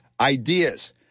ideas